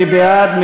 מי בעד?